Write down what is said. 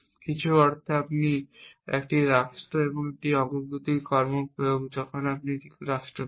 কিছু অর্থে আপনি একটি রাষ্ট্র একটি অগ্রগতি কর্ম প্রয়োগ যখন আপনি কি একটি রাষ্ট্র পেতে